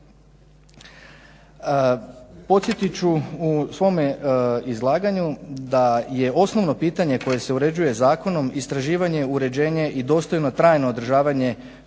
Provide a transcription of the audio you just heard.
Podsjetit ću u svome izlaganju da je osnovno pitanje koje se uređuje zakonom istraživanje, uređenje i dostojno trajno održavanje